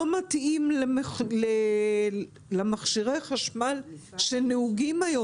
לא מתאים למכשירי החשמל כיום.